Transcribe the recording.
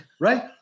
Right